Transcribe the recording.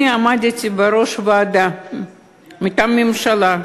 אני עמדתי בראש ועדה מטעם הממשלה,